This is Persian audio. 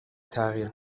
تغییر